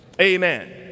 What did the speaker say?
Amen